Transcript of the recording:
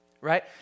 right